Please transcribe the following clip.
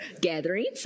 gatherings